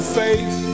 faith